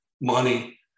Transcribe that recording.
money